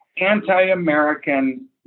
anti-American